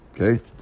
Okay